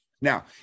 now